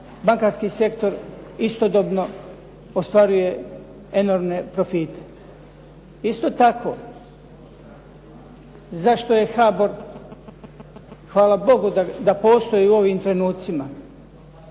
bankarski sektor istodobno ostvaruje enormne profite. Isto tako, zašto je HBOR, hvala Bogu da postoji u ovim trenucima,